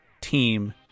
team